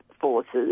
forces